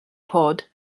pod